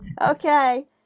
okay